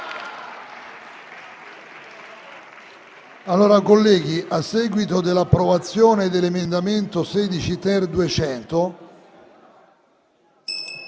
Colleghi, a seguito dell'approvazione dell'emendamento 16-*ter*.200,